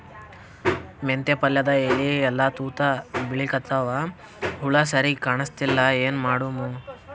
ಮೆಂತೆ ಪಲ್ಯಾದ ಎಲಿ ಎಲ್ಲಾ ತೂತ ಬಿಳಿಕತ್ತಾವ, ಹುಳ ಸರಿಗ ಕಾಣಸ್ತಿಲ್ಲ, ಏನ ಮಾಡಮು?